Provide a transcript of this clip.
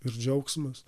ir džiaugsmas